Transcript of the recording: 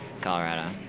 Colorado